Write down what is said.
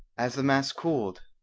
as the mass cooled,